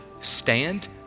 stand